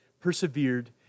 persevered